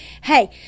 Hey